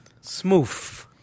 Smooth